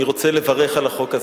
אני רוצה לברך על החוק הזה.